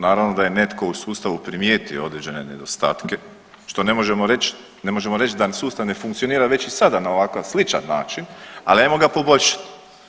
Naravno da je netko u sustavu primijetio određene nedostatke, što ne možemo reći, ne možemo reći da sustav ne funkcionira već i sada na ovakav sličan način, ali ajmo ga poboljšati.